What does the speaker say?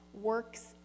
works